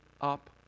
up